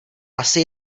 asi